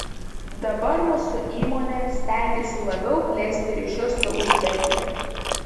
dabar mūsų įmonė stengiasi labiau plėsti ryšius su uzbekija